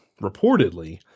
reportedly